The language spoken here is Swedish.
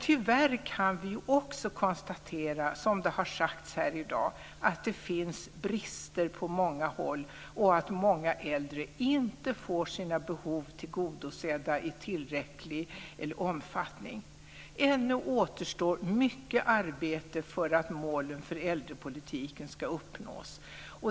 Tyvärr kan vi dock också konstatera, som det har sagts här i dag, att det finns brister på många håll och att många äldre inte får sina behov tillgodosedda i tillräcklig omfattning. Ännu återstår mycket arbete för att målen för äldrepolitiken ska uppnås.